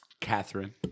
Catherine